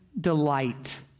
delight